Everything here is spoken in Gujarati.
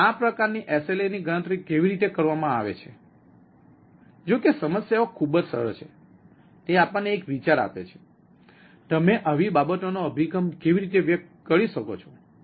અને આ પ્રકારની SLA ની ગણતરી કેવી રીતે કરવામાં આવે છે જોકે સમસ્યાઓ ખૂબ જ સરળ છે તે આપણને એક વિચાર આપે છે તમે આવી બાબતોનો અભિગમ કેવી રીતે વ્યક્ત કરી શકો છો